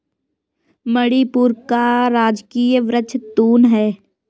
मणिपुर का राजकीय वृक्ष तून है